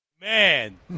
man